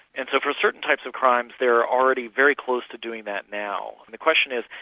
and so for certain types of crimes, they are already very close to doing that now. the question is,